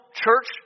church